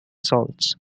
salts